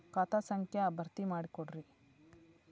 ಖಾತಾ ಸಂಖ್ಯಾ ಭರ್ತಿ ಮಾಡಿಕೊಡ್ರಿ